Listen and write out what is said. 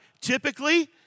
Typically